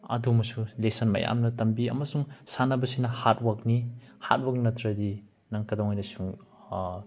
ꯑꯗꯨꯃꯁꯨ lesson ꯃꯌꯥꯝꯅ ꯇꯝꯕꯤ ꯑꯃꯁꯨꯡ ꯁꯥꯟꯅꯕꯁꯤꯕ ꯍꯥꯔꯠ ꯋꯥꯛꯅꯤ ꯍꯥꯔꯠ ꯋꯥꯛ ꯅꯠꯇ꯭ꯔꯗꯤ ꯅꯪ ꯀꯩꯗꯧꯉꯩꯗꯁꯨ